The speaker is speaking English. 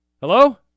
Hello